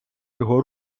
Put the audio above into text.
його